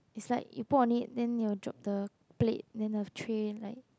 it's like you put only then you will drop the plate and then of tray like